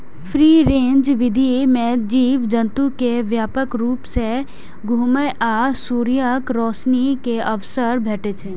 free range विधि मे जीव जंतु कें व्यापक रूप सं घुमै आ सूर्यक रोशनी के अवसर भेटै छै